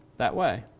that way.